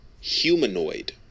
humanoid